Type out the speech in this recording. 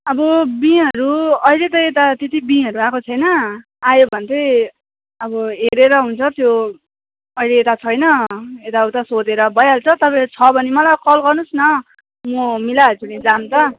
अब बीँहरू अहिले त ता त्यति बीँहरू आएको छैन आयो भने चाहिँ अब हेरेर हुन्छ त्यो अहिले यता छैन यता उता सोधेर भइहाल्छ तपाईँले छ भने मलाई कल गर्नुहोस् न म मिलाइहाल्छु नि दाम त